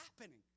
happening